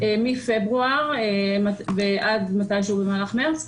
מפברואר ועד מתישהו במהלך מרס,